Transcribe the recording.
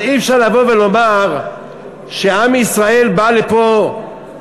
אז אי-אפשר לבוא ולומר שעם ישראל בא לפה,